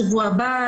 שבוע הבא.